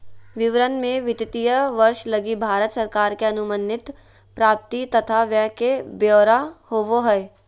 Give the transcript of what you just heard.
विवरण मे वित्तीय वर्ष लगी भारत सरकार के अनुमानित प्राप्ति तथा व्यय के ब्यौरा होवो हय